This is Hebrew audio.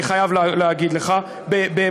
אני חייב להגיד לך באמת,